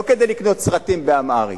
לא כדי לקנות סרטים באמהרית.